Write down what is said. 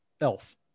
Elf